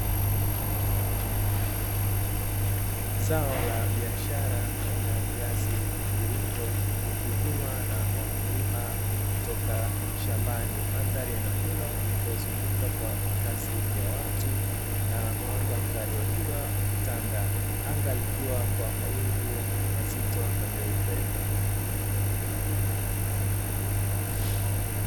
Zao la biashara aina ya viazi mviringo vikivunwa na wakulima kutoka shambani. Mandhari ya eneo hilo likiwazunguka makazi ya watu na mwanga mkali wa jua ukitanda, anga likiwa kwa mawingu mazito kwa meupe.